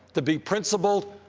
to be principled,